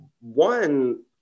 One